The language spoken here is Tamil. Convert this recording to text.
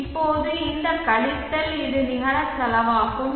இப்போது இந்த கழித்தல் இது நிகர செலவாகும்